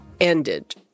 ended